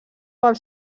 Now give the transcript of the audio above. pel